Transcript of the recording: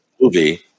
movie